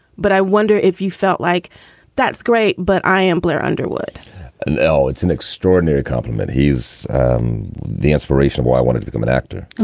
but i wonder if you felt like that's great. but i am blair underwood well, it's an extraordinary compliment. he's the inspiration of why i wanted to become an actor.